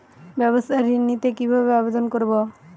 ব্যাবসা ঋণ নিতে কিভাবে আবেদন করব?